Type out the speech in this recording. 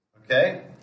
Okay